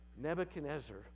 Nebuchadnezzar